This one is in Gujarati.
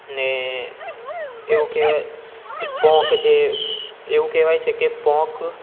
ને એવું કહેવાય પોંખ જે એવું કહેવાય છે કે પોંખ